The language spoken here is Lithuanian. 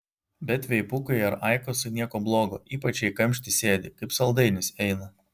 bet veipukai ar aikosai nieko blogo ypač jei kamšty sėdi kaip saldainis eina